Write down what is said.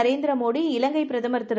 Narendra Modi இலங்கைபிரதமர்திரு